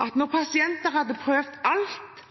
at når pasienter hadde prøvd alt